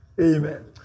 Amen